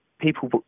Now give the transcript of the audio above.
people